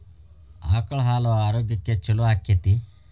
ಆಕಳ ಹಾಲು ಆರೋಗ್ಯಕ್ಕೆ ಛಲೋ ಆಕ್ಕೆತಿ?